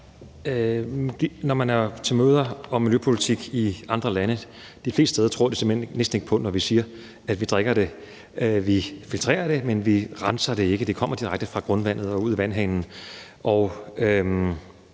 Når vi er til møder om miljøpolitik i andre lande, tror de simpelt hen næsten ikke på os, når vi siger, at vi drikker det; vi filtrerer det, men vi renser det ikke. Det kommer direkte fra grundvandet og ud af vandhanen.